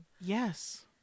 Yes